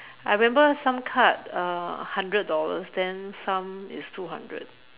I remember some cards uh hundred dollars then some is two hundred